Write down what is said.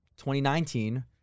2019